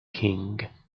king